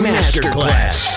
Masterclass